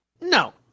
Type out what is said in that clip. No